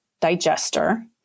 digester